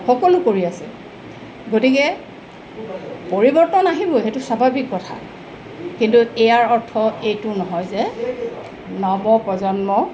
সকলো কৰি আছে গতিকে পৰিৱৰ্তন আহিবই সেইটো স্বাভাৱিক কথা কিন্তু ইয়াৰ অৰ্থ এইটো নহয় যে নৱ প্ৰজন্ম